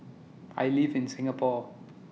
I live in Singapore